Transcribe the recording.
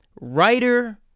writer